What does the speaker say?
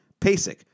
PASIC